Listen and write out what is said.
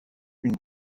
une